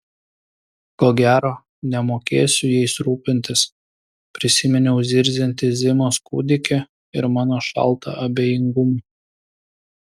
ko gero nemokėsiu jais rūpintis prisiminiau zirziantį zimos kūdikį ir mano šaltą abejingumą